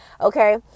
okay